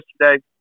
yesterday